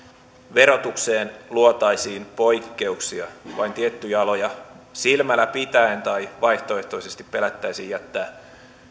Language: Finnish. verotukseen luotaisiin poikkeuksia vain tiettyjä aloja silmällä pitäen tai vaihtoehtoisesti pelättäisiin jättää